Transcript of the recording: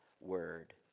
word